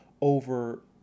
over